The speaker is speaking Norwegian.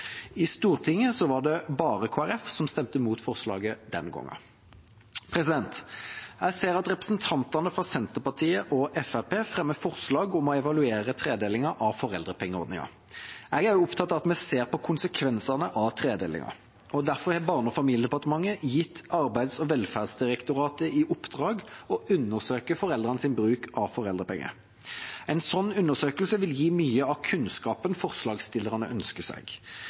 I Stortinget var det bare Kristelig Folkeparti som stemte imot forslaget den gangen. Jeg ser at representantene fra Senterpartiet og Fremskrittspartiet fremmer forslag om å evaluere tredelingen av foreldrepengeordningen. Jeg er opptatt av at vi ser på konsekvensene av tredelingen, og derfor har Barne- og familiedepartementet gitt Arbeids- og velferdsdirektoratet i oppdrag å undersøke foreldrenes bruk av foreldrepenger. En sånn undersøkelse vil gi mye av kunnskapen forslagsstillerne ønsker seg.